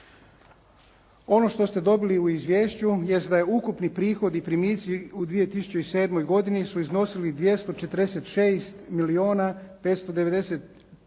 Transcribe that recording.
Ono što ste dobili u izvješću jest da je ukupni prihod i primitci u 2007. godini su iznosili 246 milijuna 590 tisuća